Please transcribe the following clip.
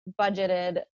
budgeted